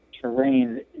terrain